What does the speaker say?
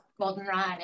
goldenrod